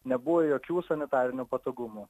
nebuvo jokių sanitarinių patogumų